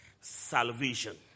salvation